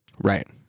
Right